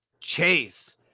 chase